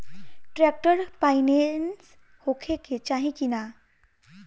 Tractor पाईनेस होखे के चाही कि ना?